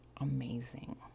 amazing